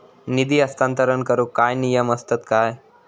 निधी हस्तांतरण करूक काय नियम असतत काय?